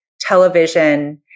television